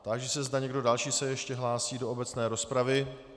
Táži se, zda někdo další se ještě hlásí do obecné rozpravy.